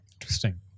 Interesting